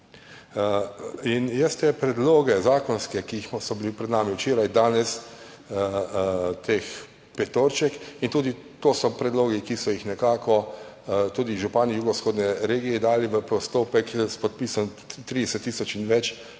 te zakonske predloge, ki so bili pred nami včeraj, danes, ta petorček, to so tudi predlogi, ki so jih nekako tudi župani jugovzhodne regije dali v postopek s podpisi 30 tisoč in več